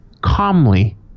calmly